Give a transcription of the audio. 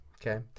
Okay